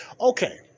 Okay